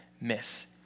miss